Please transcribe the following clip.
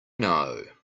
know